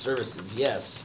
service yes